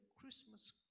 Christmas